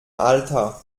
alter